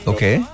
Okay